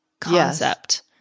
concept